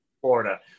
Florida